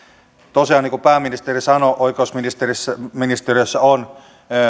tosiaan niin kuin pääministeri sanoi oikeusministeriössä on